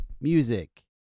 music